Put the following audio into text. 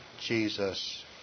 Jesus